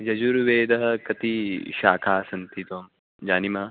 यजुर्वेदे कति शाखाः सन्ति त्वं जानासि